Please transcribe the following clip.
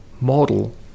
model